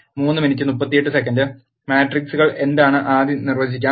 മെട്രിക്കുകൾ എന്താണെന്ന് ആദ്യം നിർവചിക്കാം